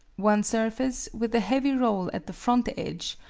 one surface, with a heavy roll at the front edge,